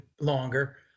longer